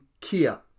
Kia